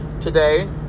today